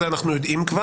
את זה אנחנו כבר יודעים,